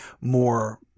more